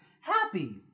happy